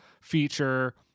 feature